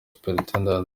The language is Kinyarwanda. supt